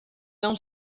não